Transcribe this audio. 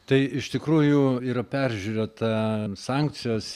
tai iš tikrųjų yra peržiūrėta sankcijos